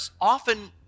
often